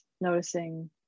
noticing